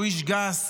שהוא איש גס,